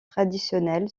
traditionnel